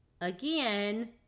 Again